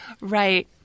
Right